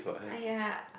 !aiya!